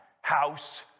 house